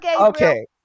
Okay